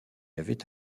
avait